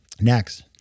Next